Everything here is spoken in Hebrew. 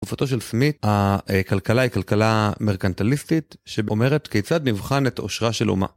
גופתו של סמית, הכלכלה היא כלכלה מרגנטליסטית שאומרת כיצד נבחן את אושרה של אומה.